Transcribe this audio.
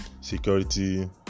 security